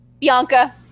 Bianca